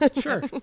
Sure